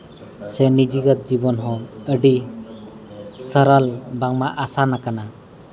ᱥᱮ ᱱᱤᱡᱮᱨᱟᱜ ᱡᱤᱵᱚᱱ ᱦᱚᱸ ᱟᱹᱰᱤ ᱥᱟᱨᱟᱞ ᱵᱟᱝᱢᱟ ᱟᱥᱟᱱᱟᱠᱟᱱᱟ